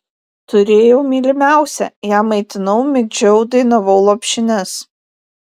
turėjau mylimiausią ją maitinau migdžiau dainavau lopšines